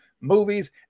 movies